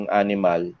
animal